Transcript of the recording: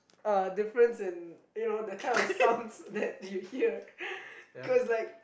uh difference in you know the kind of sounds that you hear